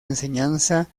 enseñanza